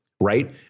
right